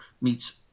meets